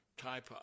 type